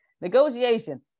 Negotiation